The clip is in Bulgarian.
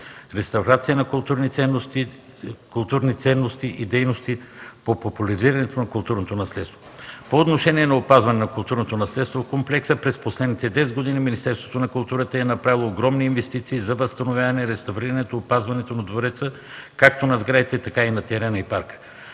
реставрация на културни ценности и дейности по популяризирането на културното наследство. По отношение на опазване на културното наследство в комплекса, през последните 10 години Министерството на културата е направило огромни инвестиции за възстановяване, реставриране и опазване на двореца – както на сградите, така и на терена и парка.